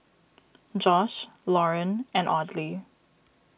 Josh Lauryn and Audley